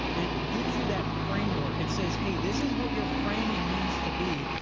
it gives you that framework. it says, hey, this is what your framing needs to be.